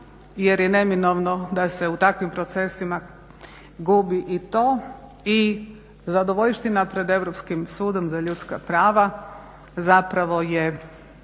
jer je neminovno da se u takvim procesima gubi i to i zadovoljština pred Europskim sudom za ljudska prava zapravo je